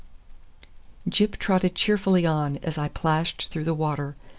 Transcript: gyp trotted cheerfully on as i plashed through the water,